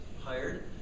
hired